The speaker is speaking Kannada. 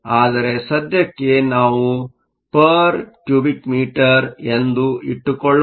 ಆದರೆ ಸದ್ಯಕ್ಕೆ ನಾವು m 3 ಎಂದು ಇಟ್ಟುಕೊಳ್ಳೋಣ